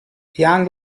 yang